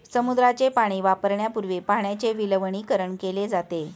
समुद्राचे पाणी वापरण्यापूर्वी पाण्याचे विलवणीकरण केले जाते